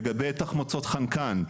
לגבי תחמוצות חנקן,